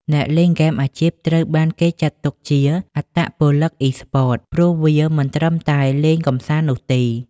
អ្នកលេងហ្គេមអាជីពត្រូវបានគេចាត់ទុកជា អត្តពលិកអុីស្ព័ត ព្រោះវាមិនត្រឹមតែលេងកម្សាន្តនោះទេ។